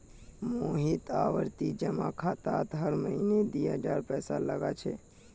मोहन आवर्ती जमा खातात हर महीना दी हजार पैसा लगा छे